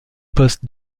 postes